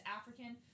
African